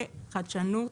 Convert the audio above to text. וחדשנות.